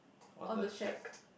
on the shack